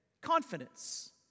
confidence